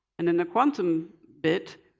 and in the quantum bit,